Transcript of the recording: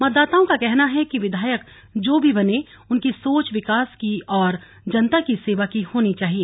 मतदाताओं का कहना है कि विधायक जो भी बने उनकी सोच विकास की और जनता की सेवा की होनी चाहिए